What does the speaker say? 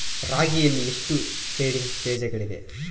ರಾಗಿಯಲ್ಲಿ ಎಷ್ಟು ಸೇಡಿಂಗ್ ಬೇಜಗಳಿವೆ?